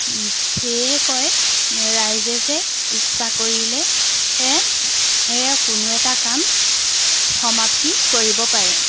সেয়েহে কয় ৰাইজে যে ইচ্ছা কৰিলে এ কোনো এটা কাম সমাপ্তি কৰিব পাৰে